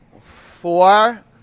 Four